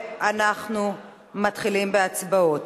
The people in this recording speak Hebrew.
אנחנו מתחילים בהצבעות.